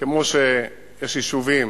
כמו שיש יישובים